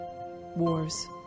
wars